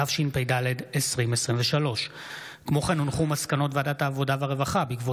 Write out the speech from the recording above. התשפ"ד 2023. מסקנות ועדת העבודה והרווחה בעקבות